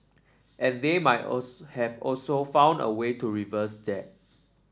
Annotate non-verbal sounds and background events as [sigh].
and they might [unintelligible] have also found a way to reverse that